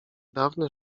dawne